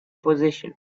position